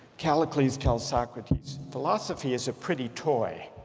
calicles tells socrates philosophy is a pretty toy